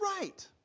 right